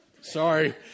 Sorry